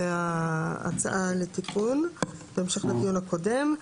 זו ההצעה לתיקון בהמשך לדיון הקודם.